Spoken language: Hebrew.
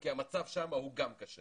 כי המצב שם הוא גם קשה